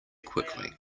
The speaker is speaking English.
quickly